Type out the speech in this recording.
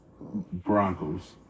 Broncos